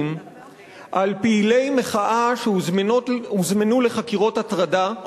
על פעילי מחאה שהוזמנו לחקירות הטרדה,